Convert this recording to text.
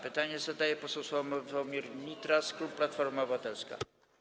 Pytanie zadaje poseł Sławomir Nitras, klub Platforma Obywatelska.